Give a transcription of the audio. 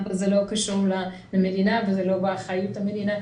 אבל זה לא קשור למדינה וזה לא באחריות המדינה,